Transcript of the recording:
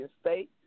State